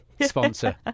sponsor